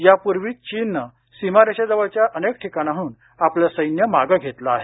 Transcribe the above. यापूर्वीच चीननं सीमारेषेजवळच्या अनेक ठिकाणांहून आपलं सैन्य मागे घेतलं आहे